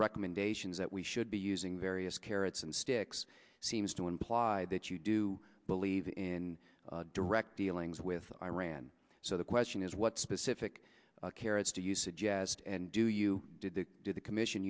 recommendations that we should be using various carrots and sticks seems to imply that you do believe in direct dealings with iran so the question is what specific carrots do you suggest and do you did they did the commission